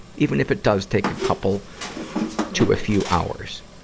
even if it does take a couple to a few hours.